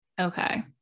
Okay